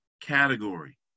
category